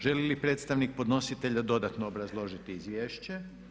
Želi li predstavnik podnositelja dodatno obrazložiti izvješće?